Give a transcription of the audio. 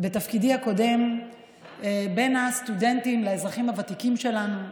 בתפקידי הקודם בין הסטודנטים לאזרחים הוותיקים שלנו,